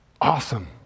awesome